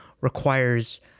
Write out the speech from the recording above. requires